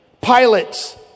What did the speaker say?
pilots